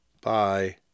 Bye